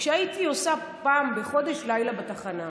כשהייתי עושה פעם בחודש לילה בתחנה.